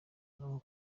aho